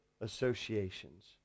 associations